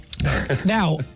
Now